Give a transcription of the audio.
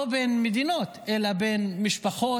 לא בין מדינות אלה בין משפחות,